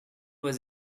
was